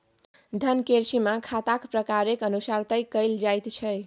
धन केर सीमा खाताक प्रकारेक अनुसार तय कएल जाइत छै